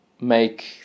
make